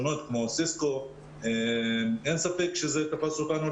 יש לנו קורסים עם מאות סטודנטים שבהם לא מצאנו שום פתרון נאות,